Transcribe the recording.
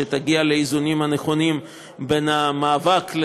שתגיע לאיזונים הנכונים בין המאבק על